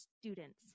students